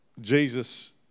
Jesus